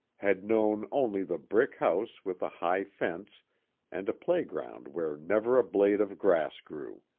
had known only the brick house with a high fence and a playground where never a blade of grass grew.